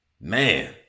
man